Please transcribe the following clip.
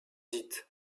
dite